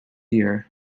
year